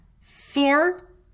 four